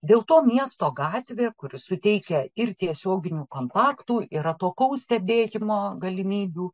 dėl to miesto gatvė kuri suteikia ir tiesioginių kontaktų ir atokaus stebėjimo galimybių